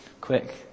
quick